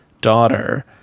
daughter